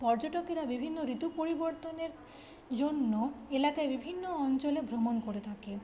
পর্যটকেরা বিভিন্ন ঋতু পরিবর্তনের জন্য এলাকায় বিভিন্ন অঞ্চলে ভ্রমণ করে থাকে